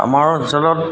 আমাৰ অঞ্চলত